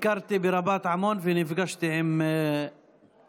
ביקרתי ברבת עמון ונפגשתי עם המלך.